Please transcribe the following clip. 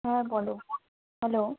হ্যাঁ বলো হ্যালো